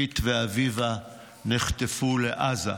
קית' ואביבה נחטפו לעזה.